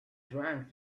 drank